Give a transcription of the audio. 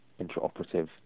intraoperative